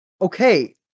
okay